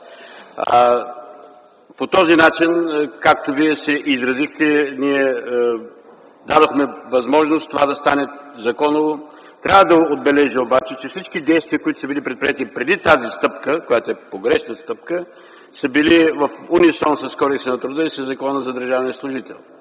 По този начин, както Вие се изразихте, дадохме възможност това да стане законово. Трябва да отбележа обаче, че всички действия, които са предприети преди тази погрешна стъпка, са били в унисон с Кодекса на труда и със Закона за държавния служител.